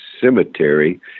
cemetery